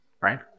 right